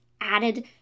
added